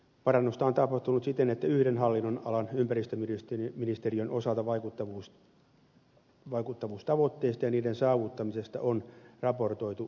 parannusta on tapahtunut siten että yhden hallinnonalan ympäristöministeriön osalta vaikuttavuustavoitteista ja niiden saavuttamisesta on raportoitu selkeästi